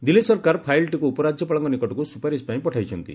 ଦିଲ୍ଲୀ ସରକାର ଫାଇଲଟିକୁ ଉପରାଜ୍ୟପାଳଙ୍କ ନିକଟକୁ ସୁପାରିଶ ପାଇଁ ପଠାଇଛନ୍ତି